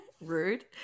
Rude